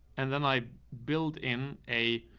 and then i build in a,